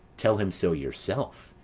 tell him so yourself,